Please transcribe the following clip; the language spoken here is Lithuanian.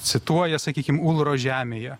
cituoja sakykim ulro žemėje